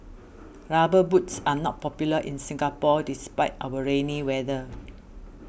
rubber boots are not popular in Singapore despite our rainy weather